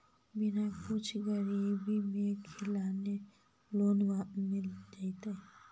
बिना कुछ गिरवी मे रखले लोन मिल जैतै का?